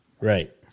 Right